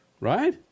Right